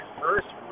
first